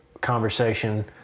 conversation